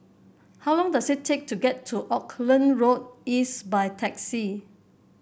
how long does it take to get to Auckland Road East by taxi